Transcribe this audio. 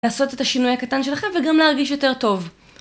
לעשות את השינוי הקטן שלכם וגם להרגיש יותר טוב.